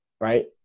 right